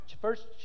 First